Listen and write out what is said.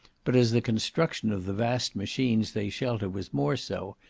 but, as the construction of the vast machines they shelter was more so,